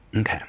Okay